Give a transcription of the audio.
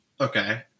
Okay